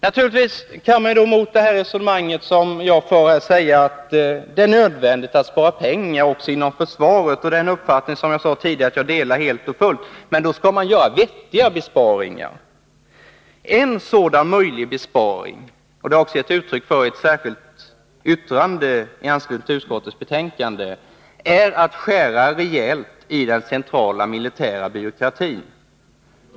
Naturligtvis kan man mot detta resonemang anföra att det är nödvändigt att man sparar pengar också inom försvaret. Den uppfattningen delar jag, som jag tidigare sade, helt och fullt. Men då skall man göra vettiga besparingar. En sådan möjlig besparing, som jag har gett uttryck för i ett särskilt yttrande i anslutning till utskottets betänkande, är att man skär rejält i den centrala militära byråkratin.